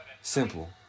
Simple